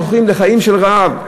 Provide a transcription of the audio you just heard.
הם היום הולכים לחיים של רעב.